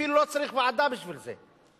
אפילו לא צריך ועדה בשביל זה,